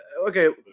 okay